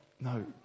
no